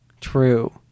True